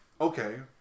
okay